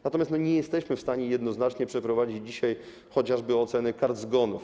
Natomiast nie jesteśmy w stanie jednoznacznie przeprowadzić dzisiaj chociażby oceny kart zgonów.